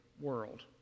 world